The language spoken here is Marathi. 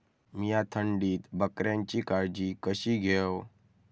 मीया थंडीत बकऱ्यांची काळजी कशी घेव?